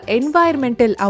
environmental